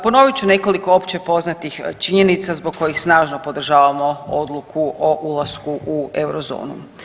Ponovit ću nekoliko opće poznatih činjenica zbog kojih snažno podržavamo odluku o ulasku u eurozonu.